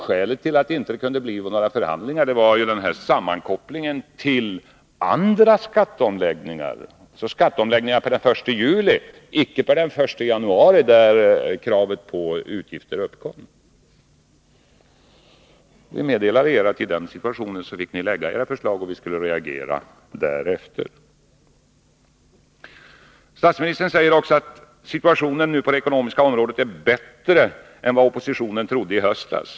Skälet till att det inte kunde bli förhandling var sammankopplingen med andra skatteomläggningar — skatteomläggningar som skulle träda i kraft den 1 juli och inte den 1 januari, då kravet på utgiftstäckning skulle uppkomma. Vi meddelade att ni i den situationen fick lägga fram era förslag och vi skulle reagera därefter. Statsministern säger också att situationen på det ekonomiska området nu är bättre än oppositionen trodde i höstas.